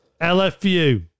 LFU